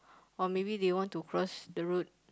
or maybe they want to cross the road